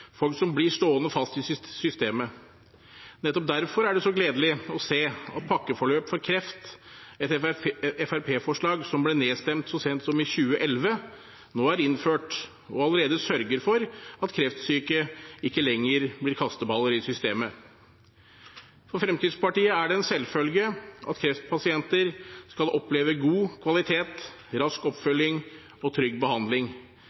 folk som blir stående fast i systemet. Nettopp derfor er det så gledelig å se at pakkeforløp for kreft, et fremskrittspartiforslag som ble nedstemt så sent som i 2011, nå er innført og allerede sørger for at kreftsyke ikke lenger blir kasteballer i systemet. For Fremskrittspartiet er det en selvfølge at kreftpasienter skal oppleve god kvalitet, rask oppfølging og trygg behandling.